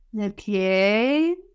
Okay